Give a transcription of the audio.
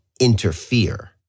interfere